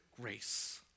Grace